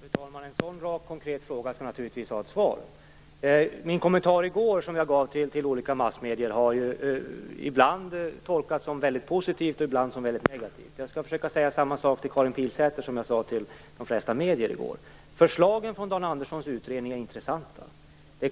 Fru talman! En sådan rak, konkret fråga skall naturligtvis ha ett svar. Den kommentar jag gav i går till olika massmedier har ibland tolkats som väldigt positiv, och ibland som väldigt negativ. Jag skall försöka säga samma sak till Karin Pilsäter som jag sade till de flesta medier i går: Förslagen från Dan Anderssons utredning är intressanta. Det